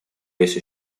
весь